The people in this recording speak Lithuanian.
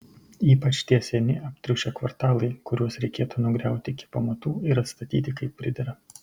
ypač tie seni aptriušę kvartalai kuriuos reikėtų nugriauti iki pamatų ir atstatyti kaip pridera